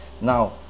now